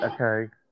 Okay